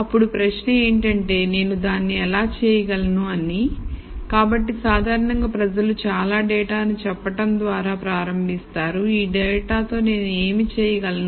అప్పుడు ప్రశ్నఏంటంటే నేను దాన్ని ఎలా చేయగలను అని కాబట్టి సాధారణంగా ప్రజలు చాలా డేటాను చెప్పడం ద్వారా ప్రారంభిస్తారు ఈ డేటాతో నేను ఏమి చేయగలను